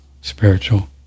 spiritual